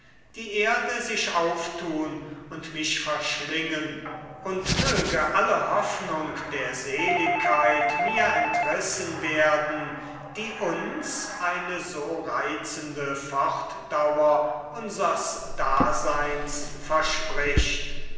die erde sich auftun und mich verschlingen und möge alle hoffnung der seligkeit mir entrissen werden die uns eine so reizende fortdauer unsers daseins verspricht